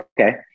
okay